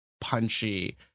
punchy